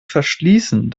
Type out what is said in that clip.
verschließen